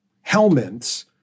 helmets